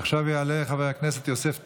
עכשיו יעלה חבר הכנסת יוסף טייב,